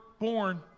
Born